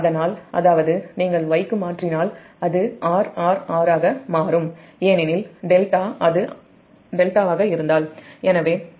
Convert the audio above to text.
அதனால் நீங்கள் Y க்கு மாற்றினால் அது ∆ ஆக இருந்தால் அது R R R ஆக மாறும்